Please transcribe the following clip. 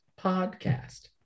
podcast